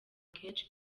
kenshi